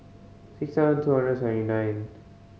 six thousand two hundred seventy nine